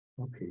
Okay